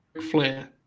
flair